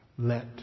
Let